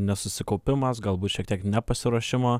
nesusikaupimas galbūt šiek tiek nepasiruošimo